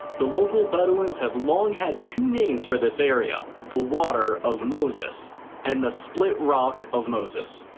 the local bedouins have long had two names for this area, the water of moses and the split rock of moses.